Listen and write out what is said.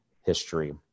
history